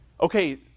Okay